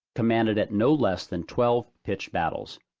commanded at no less than twelve pitched battles.